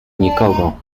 nikogo